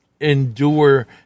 endure